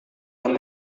apa